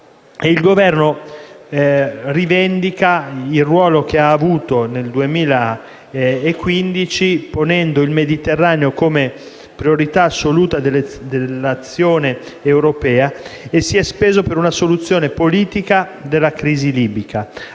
il Governo rivendica il ruolo che ha avuto nel 2015, ponendo il Mediterraneo come priorità assoluta della nazione europea e spendendosi per una soluzione politica della crisi libica.